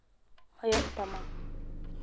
ᱦᱩᱭᱩᱜ ᱛᱟᱢᱟ